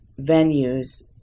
venues